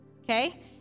okay